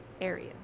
area